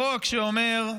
בחוק שאומר: